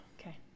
Okay